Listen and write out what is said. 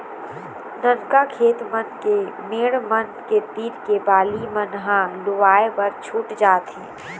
ननका खेत मन के मेड़ मन के तीर के बाली मन ह लुवाए बर छूट जाथे